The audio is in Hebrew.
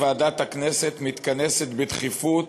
ועדת הכנסת מתכנסת בדחיפות